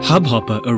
Hubhopper